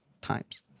times